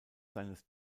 seines